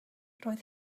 roedd